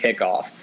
kickoff